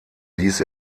ließ